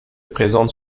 présente